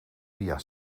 via